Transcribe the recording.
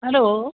hello